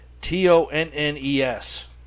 T-O-N-N-E-S